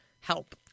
help